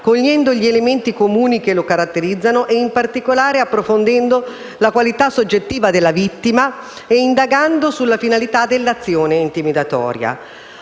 cogliendo gli elementi comuni che lo caratterizzano e, in particolare, approfondendo la qualità soggettiva della vittima e indagando sulla finalità dell'azione intimidatoria.